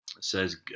says